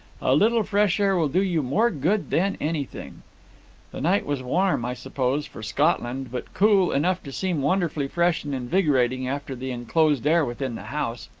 a little fresh air will do you more good than anything the night was warm, i suppose, for scotland, but cool enough to seem wonderfully fresh and invigorating after the enclosed air within the house.